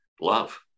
love